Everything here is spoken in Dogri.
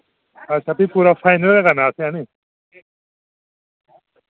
अच्छा फ्ही पूरा फाइनल गै करना असें हैनी